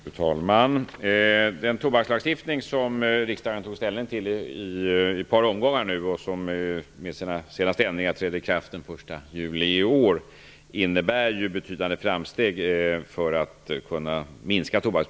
Fru talman! Den tobakslagstiftning som riksdagen tagit ställning till i ett par omgångar och som, med sina senaste ändringar, träder i kraft den 1 juli i år innebär ju betydande framsteg för att minska tobaksbruket.